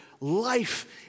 life